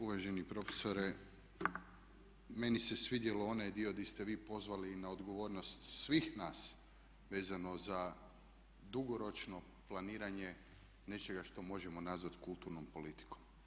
Uvaženi profesore meni se svidio onaj dio gdje ste vi pozvali na odgovornost svih nas vezano za dugoročno planiranje nečega što možemo nazvati kulturnom politikom.